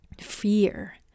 fear